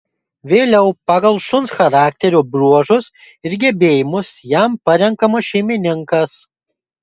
vėliau pagal šuns charakterio bruožus ir gebėjimus jam parenkamas šeimininkas